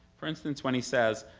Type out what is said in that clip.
for instance, when he says,